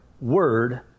word